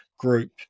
group